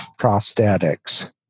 prosthetics